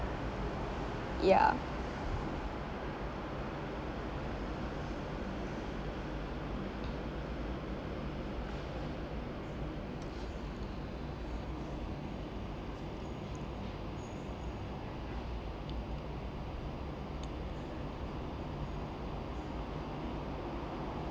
ya